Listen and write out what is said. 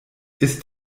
ist